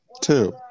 Two